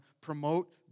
promote